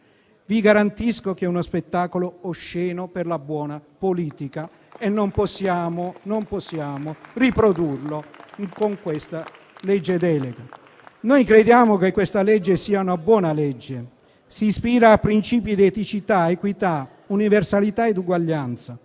vi garantisco che è uno spettacolo osceno per la buona politica e non possiamo riprodurlo con questa legge delega. *(Commenti. Applausi)*. Noi crediamo che questa sia una buona legge, che si ispira a principi di eticità, equità, universalità ed uguaglianza;